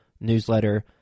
newsletter